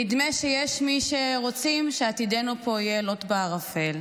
נדמה שיש מי שרוצים שעתידנו פה יהיה לוט בערפל,